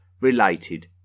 related